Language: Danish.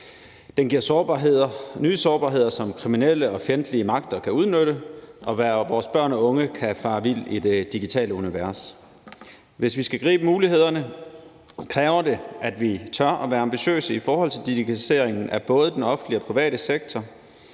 Den giver nye sårbarheder, som kriminelle og fjendtlige magter kan udnytte, og vores børn og unge kan fare vild i det digitale univers. Hvis vi skal gribe mulighederne, kræver det, at vi tør at være ambitiøse i forhold til digitaliseringen af både den offentlige og private sektor,